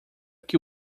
que